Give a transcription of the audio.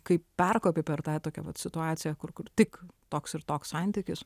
kai perkopi per tą tokią vat situaciją kur kur tik toks ir toks santykis